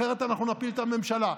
אחרת אנחנו נפיל את הממשלה.